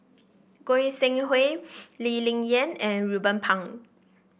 Goi Seng Hui Lee Ling Yen and Ruben Pang